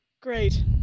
Great